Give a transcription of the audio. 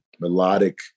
melodic